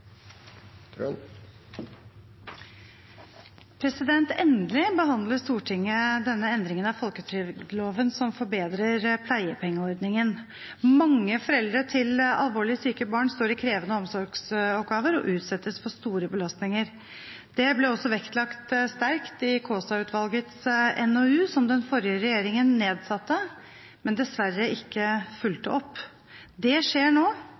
omme. Endelig behandler Stortinget denne endringen av folketrygdloven, som forbedrer pleiepengeordningen. Mange foreldre til alvorlig syke barn står i krevende omsorgsoppgaver og utsettes for store belastninger. Det ble også vektlagt sterkt i Kaasa-utvalgets NOU, som den forrige regjeringen nedsatte, men dessverre ikke fulgte opp. Det skjer